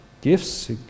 gifts